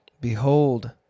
Behold